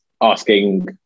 asking